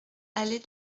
allée